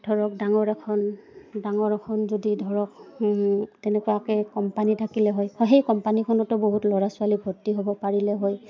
ধৰক ডাঙৰ এখন ডাঙৰ এখন যদি ধৰক তেনেকুৱাকে কম্পানী থাকিলে হয় সেই কম্পানীখনতো বহুত ল'ৰা ছোৱালী ভৰ্তি হ'ব পাৰিলে হয়